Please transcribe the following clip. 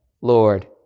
Lord